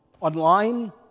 online